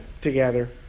together